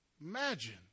Imagine